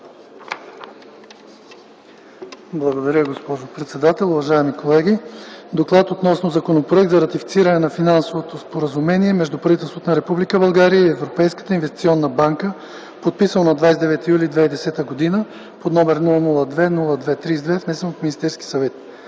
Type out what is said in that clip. Благодаря, госпожо председател. Уважаеми колеги! „ДОКЛАД относно Законопроект за ратифициране на Финансовото споразумение между правителството на Република България и Европейската инвестиционна банка, подписано на 29 юли 2010 г., № 002-02-32, внесен от Министерския съвет